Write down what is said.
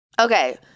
Okay